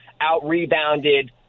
out-rebounded